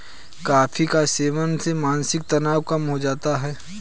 coffee के सेवन से मानसिक तनाव कम हो जाता है